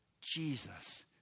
Jesus